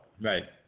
Right